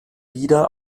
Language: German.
wieder